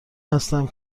هستم